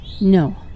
No